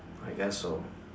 I guess so